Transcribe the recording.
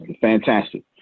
fantastic